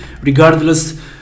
regardless